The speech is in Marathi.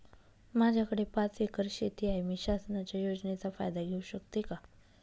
माझ्याकडे पाच एकर शेती आहे, मी शासनाच्या योजनेचा फायदा घेऊ शकते का?